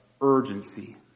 urgency